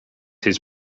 his